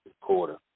quarter